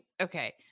Okay